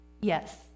Yes